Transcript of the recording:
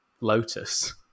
Lotus